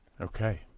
Okay